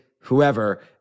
whoever